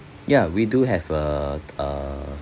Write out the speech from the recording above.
yeah we do have a a